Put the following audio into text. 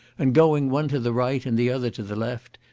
and going, one to the right, and the other to the left,